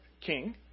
king